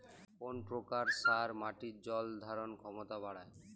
কোন প্রকার সার মাটির জল ধারণ ক্ষমতা বাড়ায়?